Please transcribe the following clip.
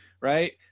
right